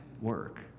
work